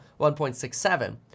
1.67